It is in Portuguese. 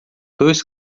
dois